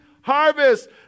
harvest